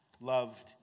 loved